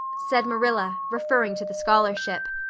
said marilla, referring to the scholarship.